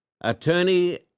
attorney